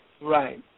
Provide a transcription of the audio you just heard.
Right